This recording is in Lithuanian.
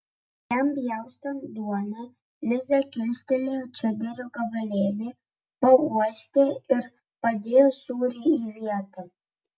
jam pjaustant duoną liza kilstelėjo čederio gabalėlį pauostė ir padėjo sūrį į vietą